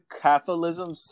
Catholicism